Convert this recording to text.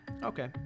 Okay